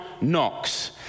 Knox